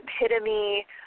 epitome